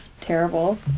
terrible